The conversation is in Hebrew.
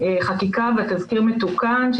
וזה